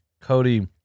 Cody